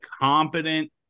competent